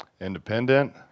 Independent